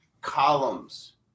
columns